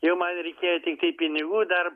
jau man reikėjo tiktai pinigų dar